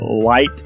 light